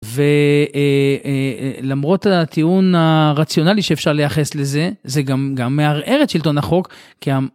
ולמרות, הטיעון הרציונלי שאפשר לייחס לזה, זה גם מערער את שלטון החוק כי...